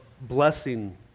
blessing